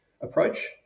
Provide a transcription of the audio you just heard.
approach